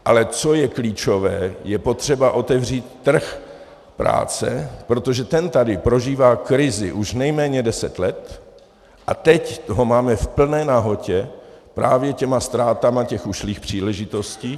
Ale co je klíčové, je potřeba otevřít trh práce, protože ten tady prožívá krizi už nejméně deset let a teď ho máme v plné nahotě právě těmi ztrátami těch ušlých příležitostí.